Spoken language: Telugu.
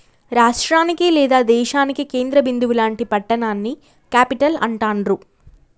రాష్టానికి లేదా దేశానికి కేంద్ర బిందువు లాంటి పట్టణాన్ని క్యేపిటల్ అంటాండ్రు